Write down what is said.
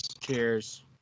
Cheers